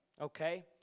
okay